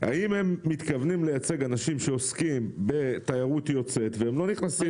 האם הם מתכוונים לייצג אנשים שעוסקים בתיירות יוצאת והם לא נכנסים